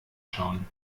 schauen